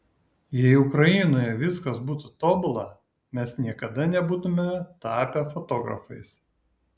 jei ukrainoje viskas būtų tobula mes niekada nebūtumėme tapę fotografais